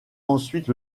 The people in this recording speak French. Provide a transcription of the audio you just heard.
ensuite